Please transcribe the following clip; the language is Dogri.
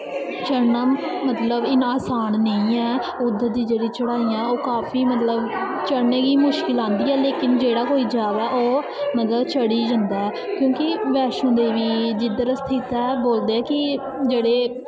चढ़ना मतलब इन्ना असान नेईं ऐ उद्धर दी जेह्ड़ी चढ़ाई ऐ ओह् काफी मतलब चढ़ने गी मुश्कल आंदी ऐ लेकिन जेह्ड़ा कोई जावै ओह् मतलब चढ़ी जंदा ऐ क्योंकि बैष्णो देवी जिद्धर स्थित ऐ बोलदे कि जेह्ड़े